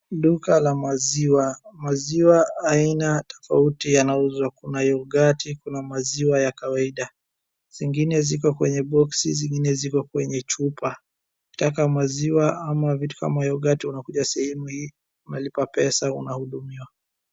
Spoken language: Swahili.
Duka la maziwa, maziwa aina tofauti yanauzwa, kuna yogati , kuna maziwa ya kawaida, zingine ziko kwenye boksi , zingine ziko kwa chupa ukitaka maziwa ama vitu kama yogati unakuja sehemu hii unalipa pesa unahudumiwa.